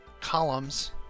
columns